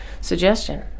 suggestion